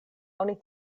oni